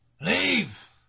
Leave